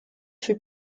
fut